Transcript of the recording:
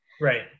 Right